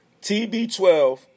TB12